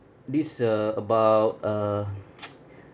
this uh about uh